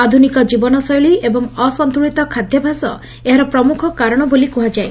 ଆଧୁନିକ ଜୀବନଶୈଳୀ ଏବଂ ଅସନ୍ତୁଳିତ ଖାଦ୍ୟାଭ୍ୟାସ ଏହାର ପ୍ରମୁଖ କାରଣ ବୋଲି କୁହାଯାଏ